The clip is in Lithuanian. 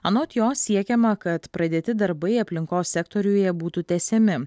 anot jos siekiama kad pradėti darbai aplinkos sektoriuje būtų tęsiami